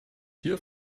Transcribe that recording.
hier